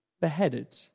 beheaded